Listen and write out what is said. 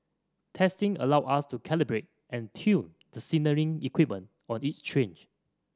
testing allows us to calibrate and tune the signalling equipment on each